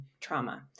trauma